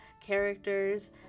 characters